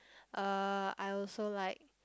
uh I also like